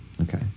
okay